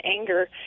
anger